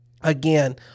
Again